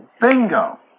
Bingo